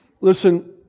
Listen